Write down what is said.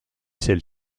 celle